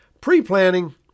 pre-planning